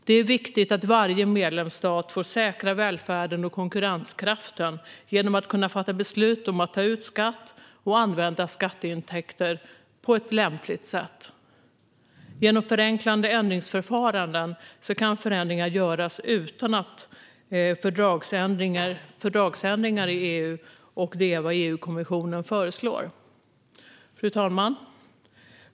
Det är viktigt att varje medlemsstat får säkra välfärden och konkurrenskraften genom att kunna fatta beslut om att ta ut skatt och använda skatteintäkter på ett lämpligt sätt. Genom förenklade ändringsförfaranden kan förändringar göras utan fördragsändringar i EU, och det är vad EU-kommissionen föreslår. Fru talman!